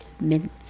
mint